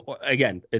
again